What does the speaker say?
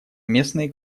местные